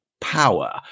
power